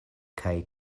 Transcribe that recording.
kaj